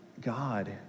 God